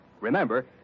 Remember